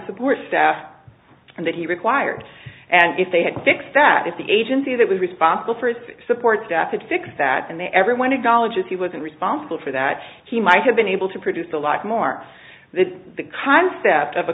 support staff that he required and if they had fixed that if the agency that was responsible for his support staff could fix that and then everyone acknowledges he wasn't responsible for that he might have been able to produce a lot more that the concept of a